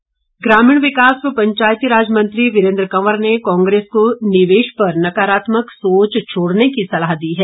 वीरेंद्र कंवर ग्रामीण विकास व पंचायती राज मंत्री वीरेंद्र कवर ने कांग्रेस को निवेश पर नकारात्मक सोच छोड़ने की सलाह दी है